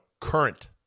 Current